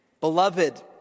Beloved